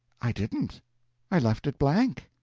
i didn't i left it blank!